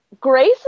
Grace